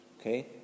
Okay